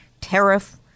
tariff